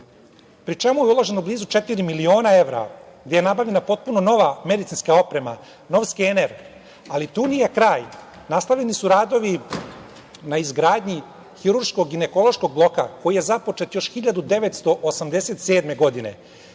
pri čemu je uloženo blizu četiri miliona evra gde je nabavljena potpuno nova medicinska oprema, nov skener. Ali, tu nije kraj. Nastavljeni su radovi na izgradnji hiruško-ginekološkog bloka koji je započet još 1987. godine.